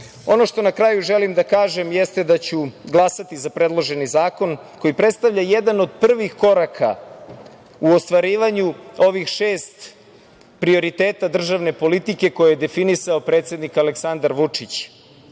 što na kraju želim da kažem jeste da ću glasati za predloženi zakon koji predstavlja jedan od prvih koraka u ostvarivanju ovih šest prioriteta državne politike koju je definisao predsednik Aleksandar Vučić,